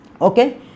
Okay